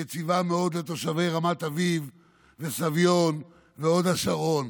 היא יציבה מאוד לתושבי רמת אביב וסביון והוד השרון,